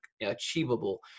achievable